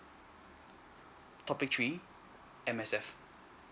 topic three M_S_F